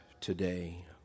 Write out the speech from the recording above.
today